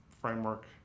framework